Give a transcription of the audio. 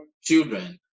children